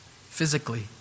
physically